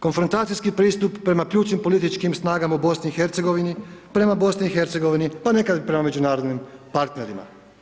Konfrontacijski pristup prema ključnim političkim snagama u BiH-u, prema BiH-u pa nekad i prema međunarodnim partnerima.